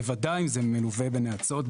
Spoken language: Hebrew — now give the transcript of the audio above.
בוודאי אם זה מלווה בנאצות,